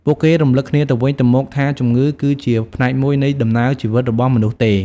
ពួកគេរំលឹកគ្នាទៅវិញទៅមកថាជំងឺគឺជាផ្នែកមួយនៃដំណើរជីវិតរបស់មនុស្សទេ។